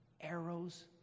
arrows